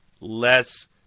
Less